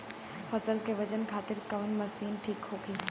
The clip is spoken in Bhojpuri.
फसल के वजन खातिर कवन मशीन ठीक होखि?